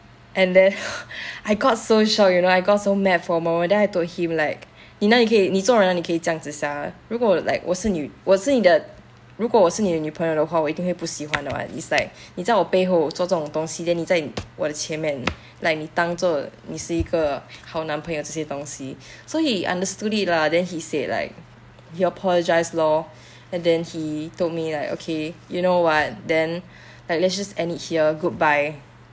and then I got so shock you know I got so mad for a moment then I told him like 你哪里可以你做人哪里可以这样子想的如果 like 我是女我是你的如果我是你的女朋友的话我一定会不喜欢的 [what] is like 你在我背后做这种东西 then 你在我的前面 like 你当做你是一个好男朋友这些东西 so he understood it lah then he said like he apologise lor and then he told me like okay you know what then let's just end it here goodbye